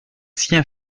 sien